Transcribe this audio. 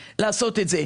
לעשות את זה.